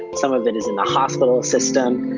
some of it is in the hospital system.